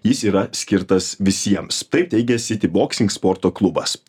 jis yra skirtas visiems taip teigia sity boksing sporto klubas